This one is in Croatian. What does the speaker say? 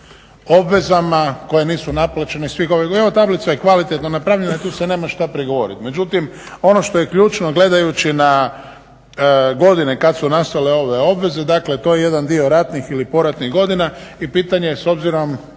ova tablica je kvalitetno napravljena i tu se nema šta prigovoriti. Međutim ono što je ključno gledajući na godine kada su nastale ove obveze to je jedan dio ratnih ili poratnih godina i pitanje je s obzirom